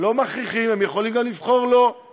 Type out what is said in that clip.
אבל